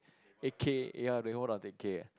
eight K ya twenty four times eight K eh